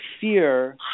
fear